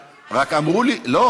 אלה לא חוקים שלי, אלה